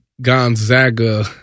Gonzaga